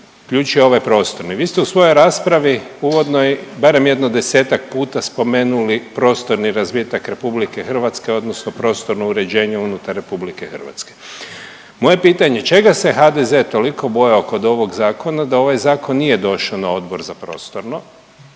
ključ je ovaj „prostorni“. Vi ste u svojoj raspravi uvodnoj barem jedno 10-tak puta spomenuli „prostorni razvitak RH“ odnosno „prostorno uređenje unutar RH“. Moje pitanje, čega se HDZ toliko bojao kod ovog zakona da ovaj zakon nije došao na Odbor za prostorno,